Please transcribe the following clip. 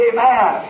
Amen